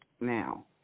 now